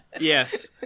Yes